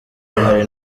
hari